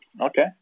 Okay